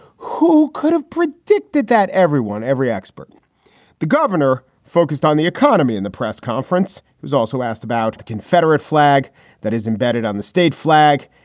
who could have predicted that? everyone. every expert the governor focused on the economy in the press conference was also asked about the confederate flag that is embedded on the state flag.